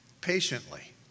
patiently